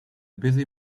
busy